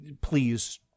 please